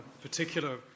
particular